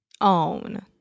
Own